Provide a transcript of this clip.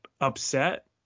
upset